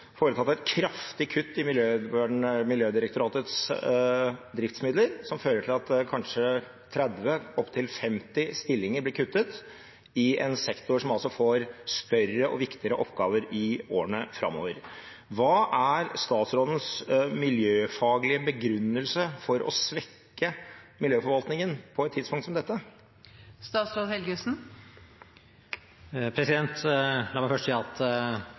foretatt et kraftig kutt i Miljødirektoratets driftsmidler, som fører til at kanskje 30, opptil 50, stillinger blir kuttet i en sektor som altså får større og viktigere oppgaver i årene framover. Hva er statsrådens miljøfaglige begrunnelse for å svekke miljøforvaltningen på et tidspunkt som dette? La meg først si at